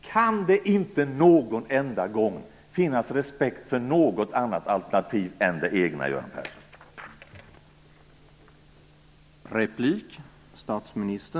Kan det inte någon enda gång finnas respekt för något annat alternativ än det egna, Göran Persson?